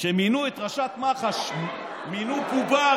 שמינו את ראשת מח"ש מינו בובה,